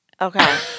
Okay